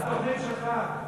מה התוכנית שלך?